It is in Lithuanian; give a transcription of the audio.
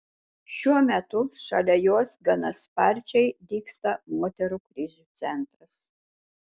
šiuo metu šalia jos gana sparčiai dygsta moterų krizių centras